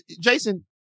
Jason